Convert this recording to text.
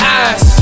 eyes